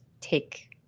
take